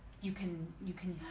you can you can